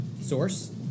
Source